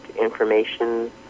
information